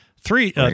Three